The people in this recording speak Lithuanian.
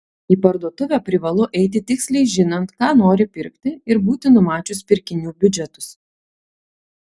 į parduotuvę privalu eiti tiksliai žinant ką nori pirkti ir būti numačius pirkinių biudžetus